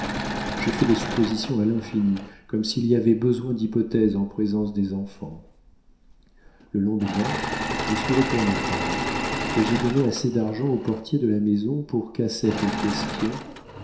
j'ai fait des suppositions à l'infini comme s'il y avait besoin d'hypothèses en présence des enfants le lendemain je suis retournée à paris et j'ai donné assez d'argent au portier de la maison pour qu'à cette question